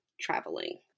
traveling